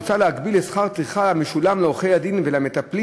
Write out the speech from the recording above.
מוצע להגביל את שכר הטרחה המשולם לעורכי-דין ולמטפלים